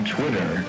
Twitter